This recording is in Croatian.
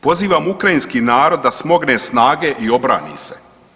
Pozivam ukrajinski naroda da smogne snage i obrani se.